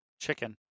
Chicken